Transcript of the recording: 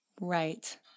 Right